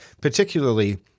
particularly